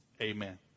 amen